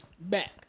back